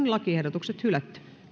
lakiehdotukset hylätään